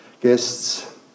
guests